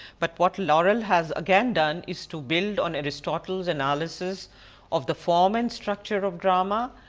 but what laurel has again done is to build on aristotle's analysis of the form and structure of drama,